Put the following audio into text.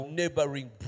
neighboring